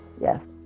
Yes